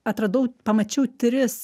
atradau pamačiau tris